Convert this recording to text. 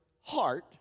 heart